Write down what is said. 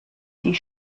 die